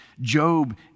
Job